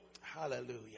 hallelujah